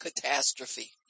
catastrophe